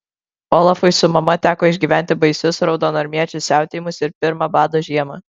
olafui su mama teko išgyventi baisius raudonarmiečių siautėjimus ir pirmą bado žiemą